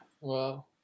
Wow